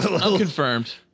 unconfirmed